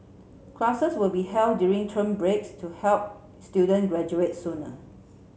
classes will be held during term breaks to help students graduate sooner